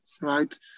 right